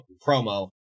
promo